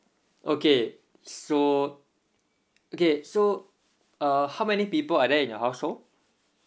okay so okay so uh how many people are there in your household